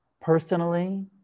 personally